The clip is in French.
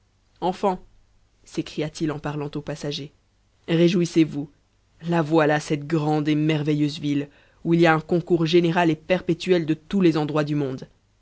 fniants s'écria-t-il en parlant aux passagers réjouissez-vous la voila tte srxnde et merveilleuse ville où il y a un concours général et perpé de tous les endroits du monde